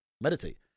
meditate